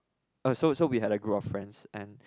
a so so we had a group of friends and